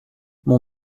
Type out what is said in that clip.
mon